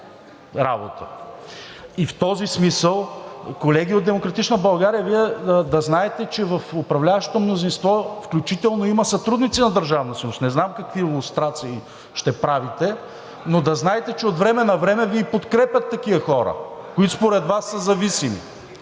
И в този смисъл, колеги от „Демократична България“, Вие да знаете, че в управляващото мнозинство включително има сътрудници на Държавна сигурност, не знам какви лустрации ще правите, но да знаете, че от време на време Ви подкрепят такива хора, които според Вас са зависими